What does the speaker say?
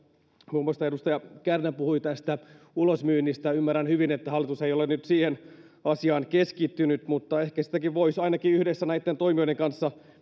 muun muassa edustaja kärnä puhui tästä ulosmyynnistä ja ymmärrän hyvin että hallitus ei ole nyt siihen asiaan keskittynyt mutta ehkä sitäkin voisi ainakin yhdessä näitten toimijoiden kanssa